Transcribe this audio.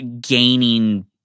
gaining